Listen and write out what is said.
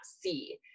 see